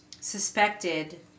suspected